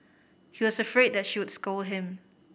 he was afraid that she would scold him